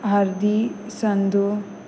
Hardy Sandu